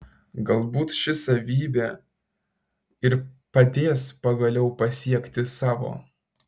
galbūt ši savybė ir padės pagaliau pasiekti savo